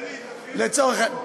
אלי, תתחיל ב"מקורות".